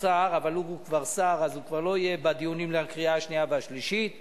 אבל אי-אפשר בלי לומר מלה על הבשורה שאנחנו מביאים היום,